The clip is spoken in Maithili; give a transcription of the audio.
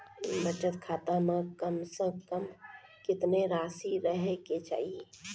बचत खाता म कम से कम कत्तेक रासि रहे के चाहि?